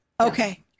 okay